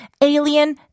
alien